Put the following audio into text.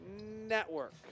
Network